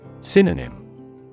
Synonym